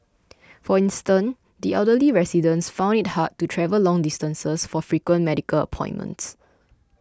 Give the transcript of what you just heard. for instance the elderly residents found it hard to travel long distances for frequent medical appointments